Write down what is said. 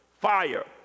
Fire